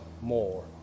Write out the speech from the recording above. more